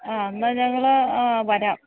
എന്നാ ഞങ്ങൾ വരാം